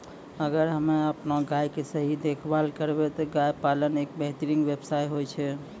अगर हमॅ आपनो गाय के सही देखभाल करबै त गाय पालन एक बेहतरीन व्यवसाय होय छै